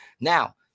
Now